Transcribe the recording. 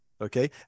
Okay